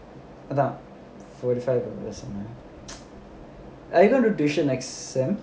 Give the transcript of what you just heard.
அதான்:athaan forty five or something are you gonna do tuition next semester